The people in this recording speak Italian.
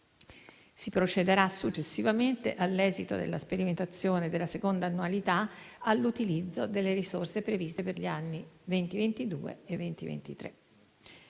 Si procederà successivamente, all'esito della sperimentazione della seconda annualità, all'utilizzo delle risorse previste per gli anni 2022 e 2023.